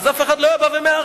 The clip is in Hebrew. אף אחד לא היה בא ומערער.